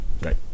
Right